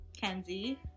kenzie